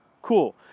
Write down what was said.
Cool